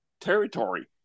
territory